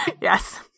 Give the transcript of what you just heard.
Yes